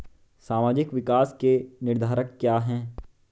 सामाजिक विकास के निर्धारक क्या है?